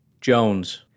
Jones